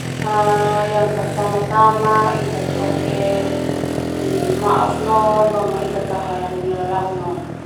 Ita toke maaf boma ita tahala nelalauk.